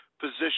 position